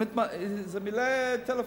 זה מילא טלפון.